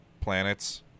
planets